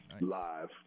live